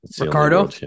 Ricardo